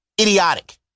idiotic